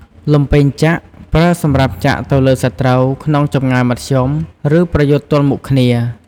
លំពែងចាក់ ប្រើសម្រាប់ចាក់ទៅលើសត្រូវក្នុងចម្ងាយមធ្យម ឬប្រយុទ្ធទល់មុខគ្នា។